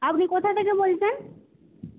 আপনি কোথা থেকে বলছেন